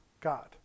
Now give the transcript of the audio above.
God